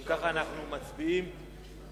אם כך, אנחנו מצביעים בעד